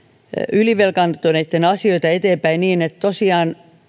ylivelkaantuneitten asioita eteenpäin niin että tosiaan